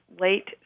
late